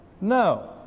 no